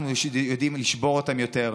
אנחנו יודעים לשבור אותם יותר.